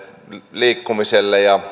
liikkumiselle ja